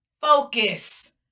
focus